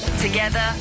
together